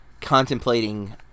contemplating